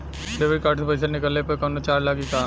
Debit card से पैसा निकलले पर कौनो चार्ज लागि का?